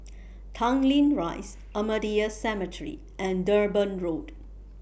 Tanglin Rise Ahmadiyya Cemetery and Durban Road